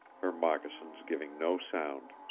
her moccasins giving no sound.